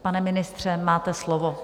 Pane ministře, máte slovo.